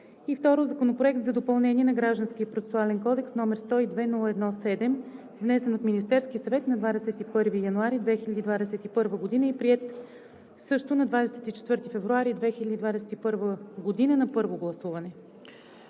второ – Законопроект за допълнение на Гражданския процесуален кодекс, № 102-01-7, внесен от Министерския съвет на 21 януари 2021 г., приет също на 24 февруари 2021 г. на първо гласуване.